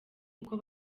kuko